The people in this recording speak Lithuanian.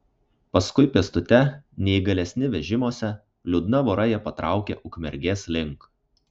paskui pėstute neįgalesni vežimuose liūdna vora jie patraukė ukmergės link